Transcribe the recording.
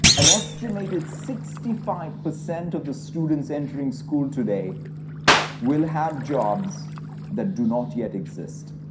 an estimated sixty five percent of the students entering school today will have jobs that do not yet exist.